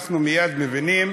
אנחנו מייד מבינים